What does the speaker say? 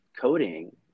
coding